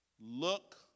Look